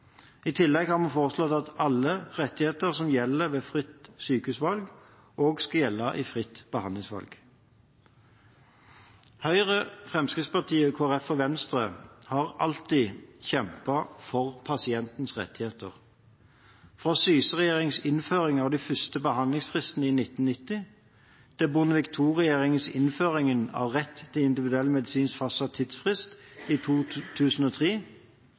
I tillegg har vi foreslått at alle rettigheter som gjelder ved fritt sykehusvalg, også skal gjelde i fritt behandlingsvalg. Høyre, Fremskrittspartiet, Kristelig Folkeparti og Venstre har alltid kjempet for pasientens rettigheter, fra Syse-regjeringens innføring av de første behandlingsfristene i 1990 til Bondevik II-regjeringens innføring av rett til individuell medisinsk fastsatt tidsfrist i 2003,